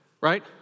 right